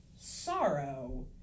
sorrow